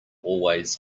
always